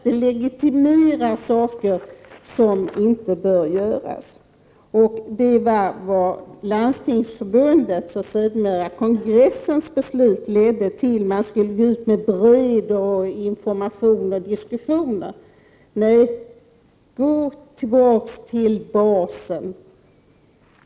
Den legitimerar saker som inte bör göras. Det var vad Landstingsförbundets och sedermera kongressens beslut ledde till. Man skulle gå ut med bred information och diskussion. Nej, gå tillbaka till basen!